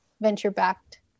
venture-backed